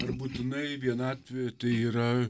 ir būtinai vienatvė tai yra